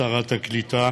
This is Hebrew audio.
שרת הקליטה.